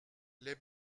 les